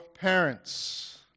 parents